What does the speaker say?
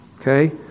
Okay